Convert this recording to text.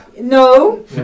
No